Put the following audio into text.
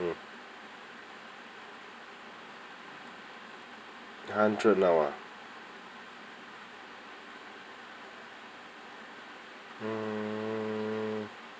mm hundred now ah uh